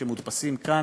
שמודפסים כאן